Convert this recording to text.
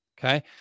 okay